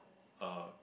a